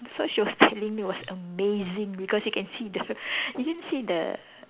so she was telling me it was amazing because you can see the you can see the